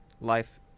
life